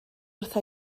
wrtha